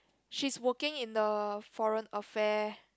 she's working in the foreign affair